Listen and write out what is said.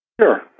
Sure